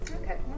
Okay